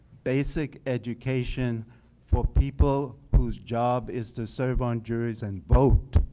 basic education for people who's job is to serve on juries and vote,